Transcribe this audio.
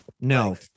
No